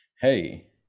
hey